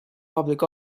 public